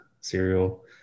cereal